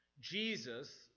Jesus